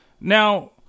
Now